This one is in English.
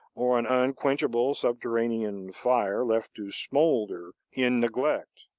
or an unquenchable subterranean fire left to smolder in neglect.